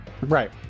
Right